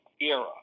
era